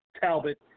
Talbot